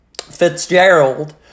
Fitzgerald